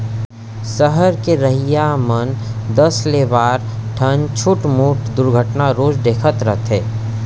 सहर के रहइया मन दस ले बारा ठन छुटमुट दुरघटना रोज देखत रथें